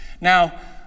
now